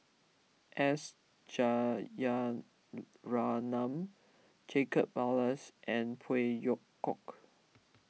S Rajaratnam Jacob Ballas and Phey Yew Kok